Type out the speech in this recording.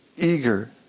eager